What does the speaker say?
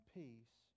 peace